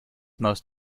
most